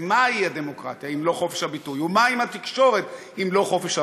ומהי הדמוקרטיה אם לא חופש הביטוי,